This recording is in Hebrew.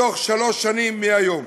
בתוך שלוש שנים מהיום.